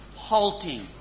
halting